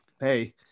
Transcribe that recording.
hey